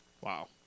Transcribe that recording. wow